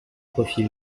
profit